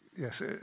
Yes